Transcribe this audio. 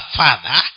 father